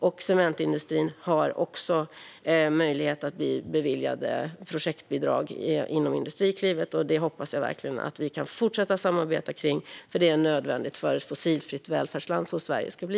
För cementindustrins del finns också möjlighet att bli beviljad projektbidrag inom Industriklivet. Det hoppas jag verkligen att vi kan fortsätta att samarbeta kring. Det är nödvändigt för ett fossilfritt välfärdsland, vilket Sverige ska bli.